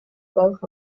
gwelwch